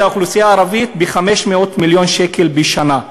האוכלוסייה הערבית ב-500 מיליון שקל בשנה.